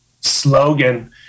slogan